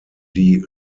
die